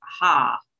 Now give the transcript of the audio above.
Aha